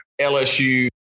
LSU